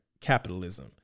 capitalism